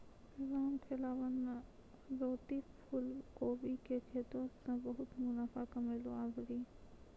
रामखेलावन न अगेती फूलकोबी के खेती सॅ बहुत मुनाफा कमैलकै आभरी